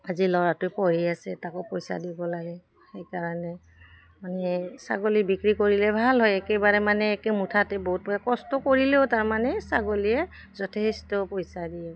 আজি ল'ৰাটোই পঢ়ি আছে তাকো পইচা দিব লাগে সেইকাৰণে মানে ছাগলী বিক্ৰী কৰিলে ভাল হয় একেবাৰে মানে একে মুঠাতে বহুত প কষ্ট কৰিলেও তাৰমানে ছাগলীয়ে যথেষ্ট পইচা দিয়ে